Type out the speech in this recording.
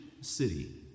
city